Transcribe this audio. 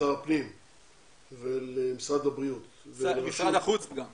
לשר הפנים ולמשרד הבריאות- -- משרד החוץ גם.